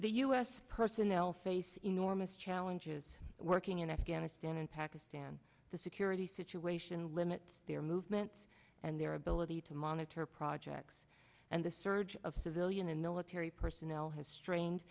the u s personnel face enormous challenges working in afghanistan and pakistan the security situation limit their movements and their ability to monitor projects and the surge of civilian and military personnel has strained